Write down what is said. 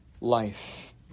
life